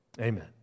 amen